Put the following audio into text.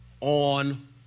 on